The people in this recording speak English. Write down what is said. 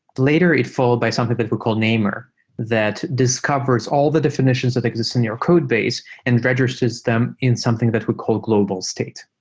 later it followed by something that we call namer that discovers all the definitions that exist in your codebase and registers them in something that we call global state.